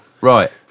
Right